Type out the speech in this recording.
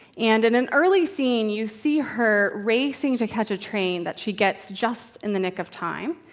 and in an early scene, you see her racing to catch a train that she gets just in the nick of time.